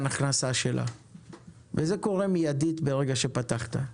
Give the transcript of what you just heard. הכנסה שלה וזה קורה מידית ברגע שפתחת,